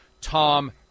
Tom